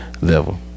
level